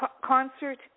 concert